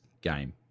game